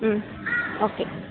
ம் ஓகே